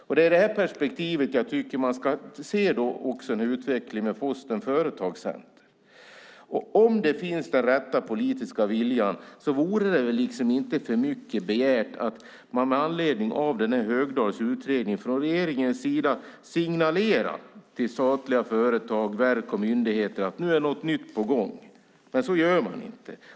Det är i detta perspektiv jag tycker att man ska se utvecklingen av Postens företagscenter. Om den rätta politiska viljan finns vore det inte för mycket begärt att man från regeringens sida med anledning av Högdahls utredning signalerar till statliga företag, verk och myndigheter att det nu är något nytt på gång. Men så gör man inte.